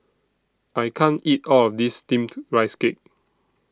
I can't eat All of This Steamed Rice Cake